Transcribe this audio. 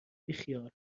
بیخیال